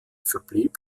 verblieb